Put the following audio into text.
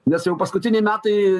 nes jau paskutiniai metai